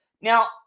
Now